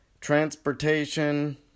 Transportation